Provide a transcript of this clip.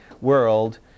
world